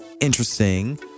interesting